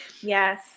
Yes